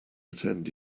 attend